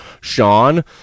Sean